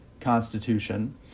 constitution